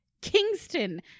kingston